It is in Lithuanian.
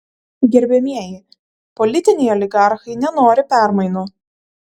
gerbiamieji politiniai oligarchai nenori permainų